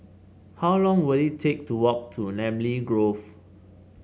how long will it take to walk to Namly Grove